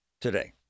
today